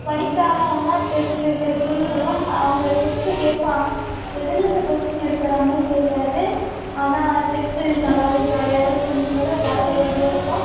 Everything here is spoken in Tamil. வனிதா மேம் தான் டெஸ்ட்டு டெஸ்ட்டுன்னு சொல்லும் அவங்க டெஸ்ட்டு கேட்பாங்க எதுலேருந்து கொஸ்டின் எடுக்குறாங்கன்னே தெரியாது ஆனால் டெஸ்ட் எழுத நல்லாவே ஜாலியாகவே ஃப்ரெண்ட்ஸோட ஜாலியாகவே இருக்கும்